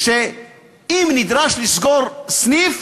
אם נדרש לסגור סניף,